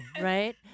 right